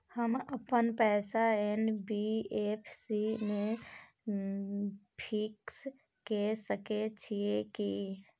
हम अपन पैसा एन.बी.एफ.सी म फिक्स के सके छियै की?